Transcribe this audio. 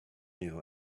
new